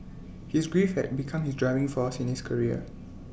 his grief had become his driving force in his career